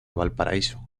valparaíso